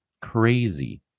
crazy